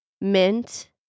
mint